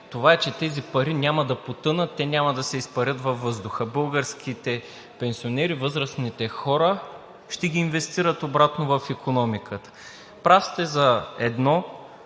това е, че тези пари няма да потънат, те няма да се изпарят във въздуха. Българските пенсионери, възрастните хора ще ги инвестират обратно в икономиката. Прав сте за едно.